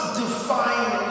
define